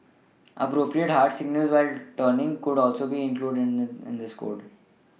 appropriate hand signals when turning could also be included in in this code